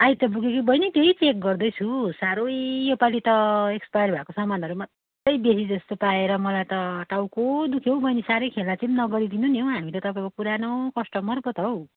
I त पुग्यो कि बहिनी त्यही चेक गर्दैछु साह्रै यो पालि त एक्सपायर भएको सामानहरू मात्रै बेसी जस्तो पाएर मलाई त टाउको दुख्यो हौ बहिनी साह्रै खेलाइँची पनि नगरिदिनु नि हौ हामी त तपाईँको पुरानो कस्टमर पो त हौ